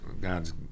God's